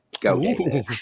Go